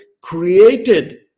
created